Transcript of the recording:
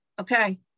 okay